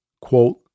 quote